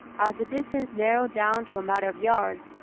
as the distance narrowed down to a matter of yards,